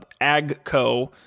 Agco